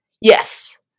Yes